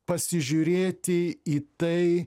pasižiūrėti į tai